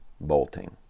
bolting